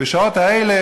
בשעות האלה,